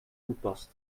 toepast